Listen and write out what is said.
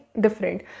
different